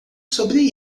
sobre